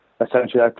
essentially